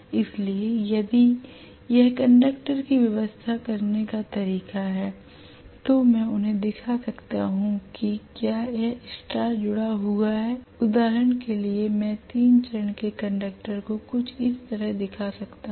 इसलिए यदि यह कंडक्टर की व्यवस्था करने का तरीका है तो मैं उन्हें दिखा सकता हूं कि क्या यह स्टार जुड़ाव हुआ है उदाहरण के लिए मैं 3 चरण के कंडक्टर को कुछ इस तरह दिखा सकता हूं